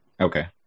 Okay